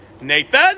nathan